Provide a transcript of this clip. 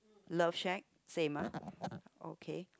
love shack same ah okay